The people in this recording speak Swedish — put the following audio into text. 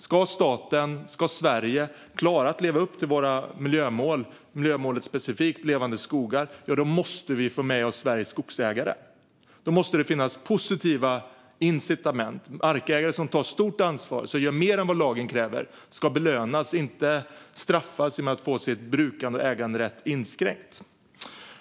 Om staten och Sverige ska klara att leva upp till våra miljömål, specifikt miljömålet Levande skogar, måste vi få med oss Sveriges skogsägare. Då måste det finnas positiva incitament, och markägare som tar stort ansvar och gör mer än lagen kräver ska belönas och inte straffas genom att få sitt brukande och sin äganderätt inskränkt.